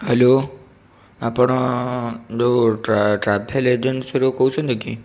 hello ଆପଣ ଯେଉଁ travel ଏଜେନ୍ସିରୁ କହୁଛନ୍ତି କି